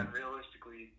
realistically